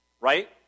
right